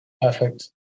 Perfect